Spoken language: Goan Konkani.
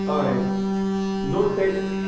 होय दोन तरी